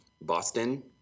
Boston